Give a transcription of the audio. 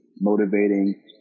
motivating